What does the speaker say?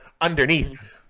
underneath